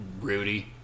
Rudy